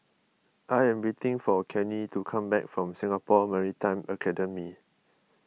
I am waiting for Kenney to come back from Singapore Maritime Academy